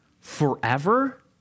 Forever